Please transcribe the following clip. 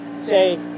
say